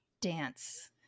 dance